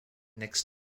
next